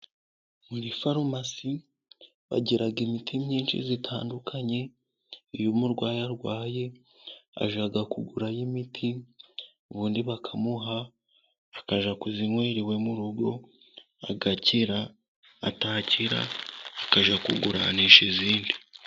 Muri farumasi bagira imiti m nyinshi itandukanye, iyo umurwayi arwaye ajya kugura yo imiti, ubundi bakamuha akajya kuyinywera iwe mu rugo, agakira, atakira akajya kuguranisha iyindi.